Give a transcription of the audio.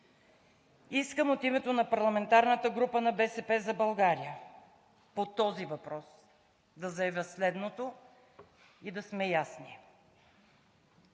искам от името на парламентарната група на „БСП за България“ по този въпрос да заявя следното и да сме ясни: